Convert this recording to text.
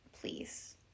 please